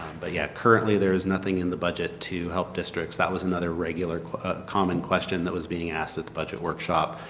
but yeah currently there is nothing in the budget to help districts. that was in regular common question that was being asked at the budget workshop,